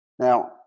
Now